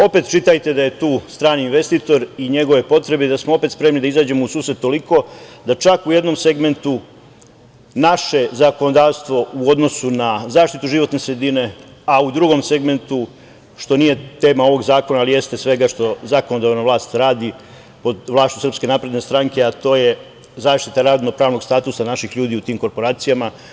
Opet čitajte da je tu strani investitor i njegove potrebe i da smo opet spremni da izađemo u susret toliko da čak u jednom segmentu naše zakonodavstvo u odnosu na zaštitu životne sredine, a u drugom segmentu, što nije tema ovog zakona, ali jeste svega što zakonodavna vlast radi pod vlašću SNS, a to je zaštita radno-pravnog statusa naših ljudi u tim korporacijama.